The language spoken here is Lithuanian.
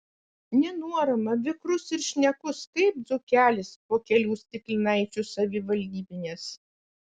nenuorama vikrus ir šnekus kaip dzūkelis po kelių stiklinaičių savivaldybinės